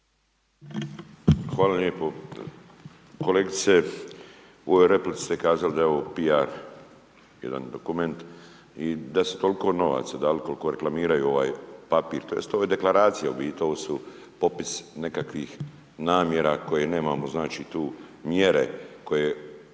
Hvala lijepo. Kolegice, u ovoj replici ste kazali da je ovo PR, jedan dokument i da su toliko novaca dali koliko reklamiraju ovaj papir tj. ovo je deklaracija u biti, ovo su popisi nekakvih namjera koje nemamo, znači tu mjere koje